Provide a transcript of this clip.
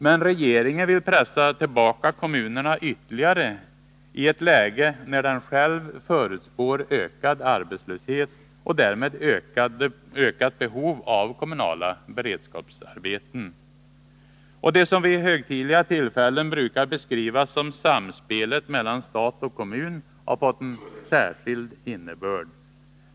Men regeringen vill pressa tillbaka kommunerna ytterligare i ett läge när den själv förutspår ökad arbetslöshet och därmed ökat behov av kommunala beredskapsarbeten. Det som vid högtidliga tillfällen brukar beskrivas som ”samspelet mellan stat och kommun” har fått en särskild innebörd.